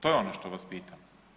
To je ono što vas pitam.